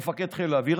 הוא מפקד חיל האוויר,